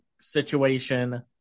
situation